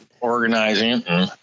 organizing